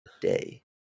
day